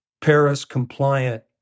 Paris-compliant